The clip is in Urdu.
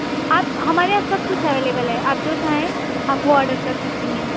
آپ ہمارے یہاں سب کچھ اویلیبل ہے آپ جو کچھ چاہیں آپ وہ آرڈر کر سکتی ہیں